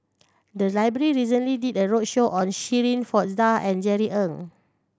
the library recently did a roadshow on Shirin Fozdar and Jerry Ng